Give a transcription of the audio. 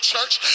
church